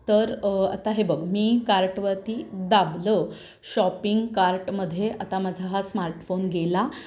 तर आता हे बघ मी कार्टवरती दाबलं शॉपिंग कार्टमध्ये आता माझा हा स्मार्टफोन गेला